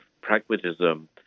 pragmatism